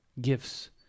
gifts